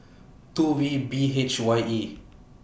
two V B H Y E